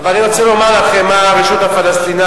אני רוצה לומר לכם מה הרשות הפלסטינית.